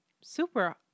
super